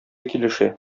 килешә